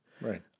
Right